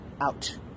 out